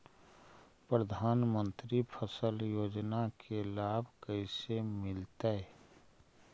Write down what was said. प्रधानमंत्री फसल योजना के लाभ कैसे मिलतै?